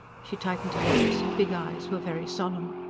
she tightened her lips her big eyes were very solemn.